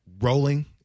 rolling